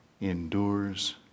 endures